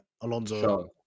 Alonso